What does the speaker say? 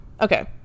Okay